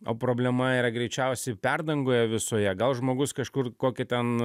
o problema yra greičiausiai perdangoje visoje gal žmogus kažkur kokią ten